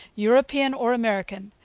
european or american,